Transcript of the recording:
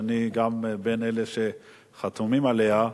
וגם אני בין אלה שחתומים עליה,